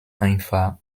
einfach